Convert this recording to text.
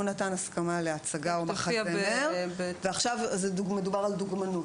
הוא נתן הסכמה להצגה או למחזמר ועכשיו מדובר על דוגמנות.